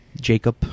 Jacob